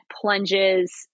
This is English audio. plunges